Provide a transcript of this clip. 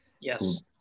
Yes